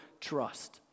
trust